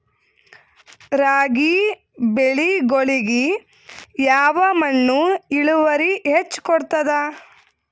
ರಾಗಿ ಬೆಳಿಗೊಳಿಗಿ ಯಾವ ಮಣ್ಣು ಇಳುವರಿ ಹೆಚ್ ಕೊಡ್ತದ?